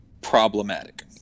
problematic